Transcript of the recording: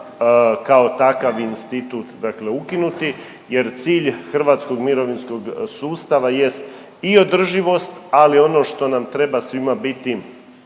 kao takav institut dakle ukinuti jer cilj hrvatskog mirovinskog sustava jest i održivost, ali ono što nam treba svima biti